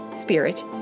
spirit